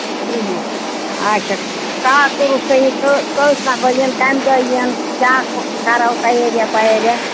تٕرٕہ نَفر اَچھا کر کوٚرُو صحیح کٔژ نَفر یِن کَمہِ دۄہ یِن کیاہ کَرو تَیٲریا وَیٲریا